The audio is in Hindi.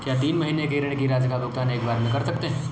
क्या तीन महीने के ऋण की राशि का भुगतान एक बार में कर सकते हैं?